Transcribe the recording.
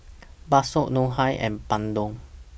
Bakso Ngoh Hiang and Bandung